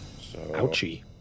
Ouchie